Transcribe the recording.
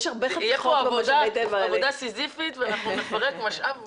תהיה כאן עבודה סיזיפית ואנחנו נפרט משאב משאב.